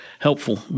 helpful